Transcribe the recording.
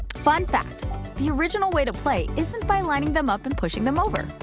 fun fact the original way to play isn't by lining them up and pushing them over.